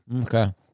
Okay